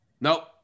Nope